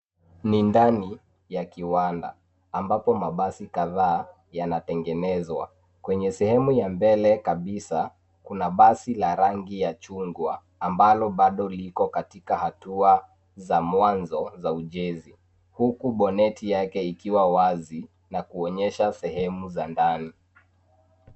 Ni ndani ya kiwanda ambapo mabasi kadhaa yanategenezwa .Kwenye sehemu ya mbele kabisa kuna basi la rangi ya chungwa ambalo bado liko katika hatua za mwanzo za ujenzi. Huku boneti yake ikiwa wazi na kuonyesha sehemu za ndani.